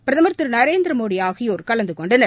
பிரதமர் திரு நரேந்திரமோடி ஆகியோர் கலந்துகொண்டனர்